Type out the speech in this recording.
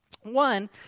One